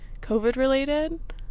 COVID-related